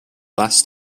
less